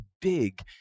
big